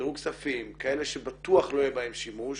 כאלה שבטוח לא יהיה בהם שימוש,